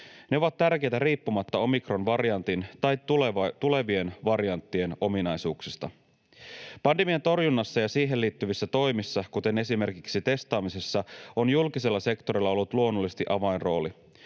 Ne ovat tärkeitä riippumatta omikronvariantin tai tulevien varianttien ominaisuuksista. Pandemian torjunnassa ja siihen liittyvissä toimissa, kuten esimerkiksi testaamisessa, on julkisella sektorilla ollut luonnollisesti avainrooli.